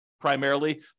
primarily